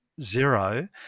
zero